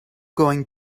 going